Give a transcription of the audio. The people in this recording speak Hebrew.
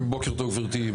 בוקר טוב, גברתי.